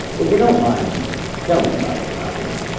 if you don't mind tell me about this haruna